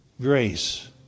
grace